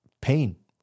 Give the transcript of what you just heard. pain